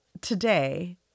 today